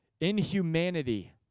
Inhumanity